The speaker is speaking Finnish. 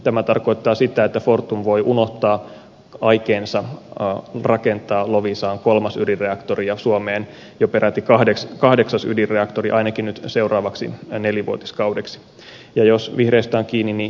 tämä tarkoittaa sitä että fortum voi unohtaa aikeensa rakentaa loviisaan kolmas ydinreaktori ja suomeen jo peräti kahdeksas ydinreaktori ainakin nyt seuraavaksi nelivuotiskaudeksi ja jos vihreistä on kiinni niin ikiajoiksi